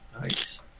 nice